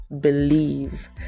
believe